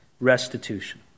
restitution